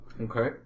Okay